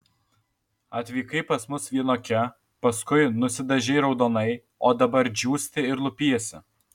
atvykai pas mus vienokia paskui nusidažei raudonai o dabar džiūsti ir lupiesi